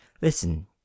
Listen